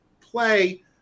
play